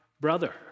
brother